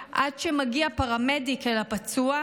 עד שמגיע פרמדיק אל הפצוע,